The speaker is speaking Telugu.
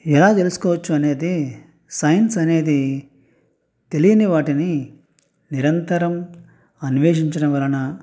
ఎలా తెలుసుకోవచ్చు అనేది సైన్స్ అనేది తెలియని వాటిని నిరంతరం అన్వేషించడం వలన